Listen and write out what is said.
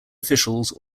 officials